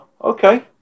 okay